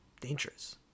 dangerous